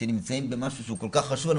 שהם נמצאים במשהו שהוא כל כך חשוב,